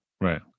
Right